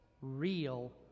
real